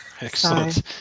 excellent